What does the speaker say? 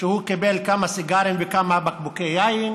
שהוא קיבל כמה סיגרים וכמה בקבוקי יין.